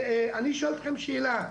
אני אשאל אתכם שאלה,